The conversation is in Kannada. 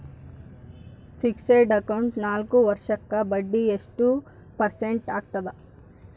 ಫಿಕ್ಸೆಡ್ ಅಕೌಂಟ್ ನಾಲ್ಕು ವರ್ಷಕ್ಕ ಬಡ್ಡಿ ಎಷ್ಟು ಪರ್ಸೆಂಟ್ ಆಗ್ತದ?